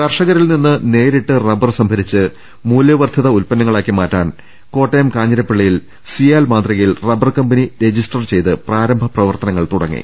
കർഷകരിൽനിന്ന് നേരിട്ട് റബ്ബർ സംഭരിച്ച് മൂല്യവർധിത ഉൽപന്ന ങ്ങളാക്കി മാറ്റാൻ കോട്ടയം കാഞ്ഞിർപ്പള്ളിയിൽ സിയാൽ മാതൃകയിൽ റബർ കമ്പനി രജിസ്റ്റർ ചെയ്ത് പ്രാരംഭ പ്രവർത്തനങ്ങൾ തുടങ്ങി